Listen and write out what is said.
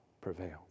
prevail